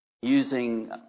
using